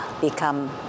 become